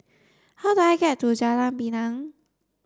how do I get to Jalan Pinang